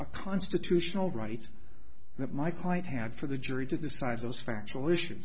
a constitutional right that my client had for the jury to decide those factual issue